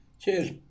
cheers